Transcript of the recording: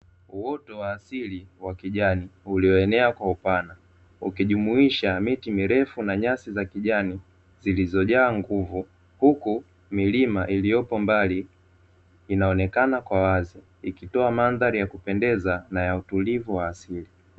Uoto wa asili wa kijani ulioenea kwa upana ukijumuisha miti mirefu na nyasi za kijani zilizojaa nguvu, huku milima iliyopo mbali inaonekana kwa wazi ikitoa mandhari ya kupendeza na ya utulivu wa asili, xg